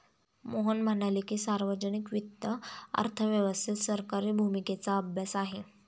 मोहन म्हणाले की, सार्वजनिक वित्त अर्थव्यवस्थेत सरकारी भूमिकेचा अभ्यास आहे